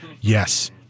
Yes